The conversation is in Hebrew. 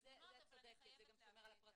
זה גם שומר על הפרטיות.